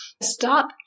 Stop